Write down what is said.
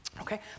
Okay